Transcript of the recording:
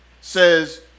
says